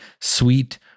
sweet